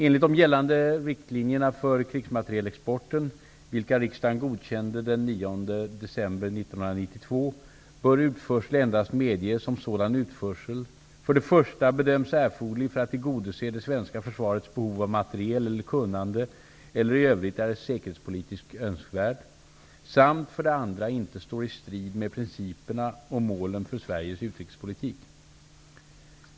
Enligt de gällande riktlinjerna för krigsmaterielexporten, vilka riksdagen godkände den 9 december 1992, bör utförsel endast medges om sådan utförsel - för det första bedöms erforderlig för att tillgodose det svenska försvarets behov av materiel eller kunnande eller i övrigt är säkerhetspolitiskt önskvärd samt - för det andra inte står i strid med principerna och målen för Sveriges utrikespolitik.